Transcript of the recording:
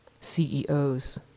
CEOs